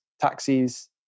taxis